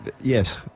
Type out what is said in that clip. yes